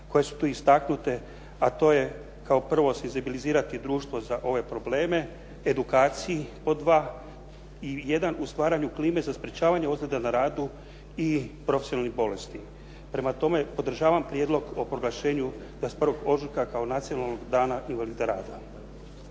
koje su tu istaknute, a to je kao prvo senzibilizirati društvo za ove probleme, edukaciji pod dva, i jedan u stvaranju klime za sprečavanje ozljeda na radu i profesionalnih bolesti. Prema tome, podržavam prijedlog o proglašenju 21. ožujka kao nacionalnog dana invalida rada.